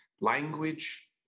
language